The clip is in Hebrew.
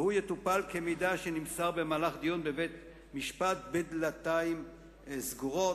והוא יטופל כמידע שנמסר במהלך דיון בבית-משפט בדלתיים סגורות.